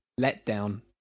letdown